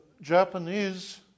Japanese